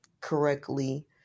correctly